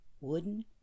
wooden